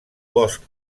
bosc